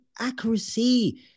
accuracy